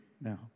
now